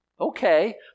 Okay